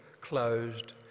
closed